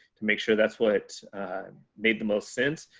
to make sure that's what made the most sense,